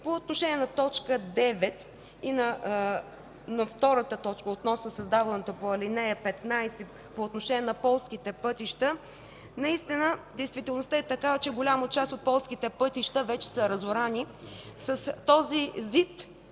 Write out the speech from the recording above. По отношение на т. 9 и на втората точка относно създаването по ал. 15 по отношение на полските пътища, наистина действителността е такава, че голяма част от полските пътища вече са разорани. С този ЗИД